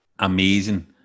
amazing